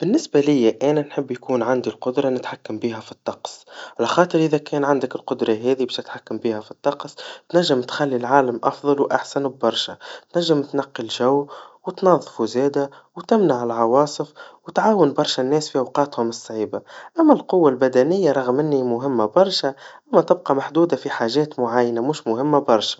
بالنسبا ليا أنا نحب يكون عندي القدرا نتحكم بيها في الطقس, على خاطر إذا كان عندك القدرا هادي باش تتحكم بيها في الطقس, تنجم تخلي العالم أفضل وأحسن ببرشا, تنجم تنقل جو, وتنظفوا زادا, وتمنع العواصف, وتعاون برشا الناس في أوقاتهم الصعيبا, أما القوا البدنيا, رغن إنها مهما برشا, تبقى محدودا في حاجات معينا, مهما برشا.